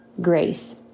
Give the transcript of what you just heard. grace